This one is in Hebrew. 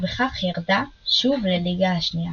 ובכך ירדה שוב לליגה השנייה.